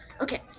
Okay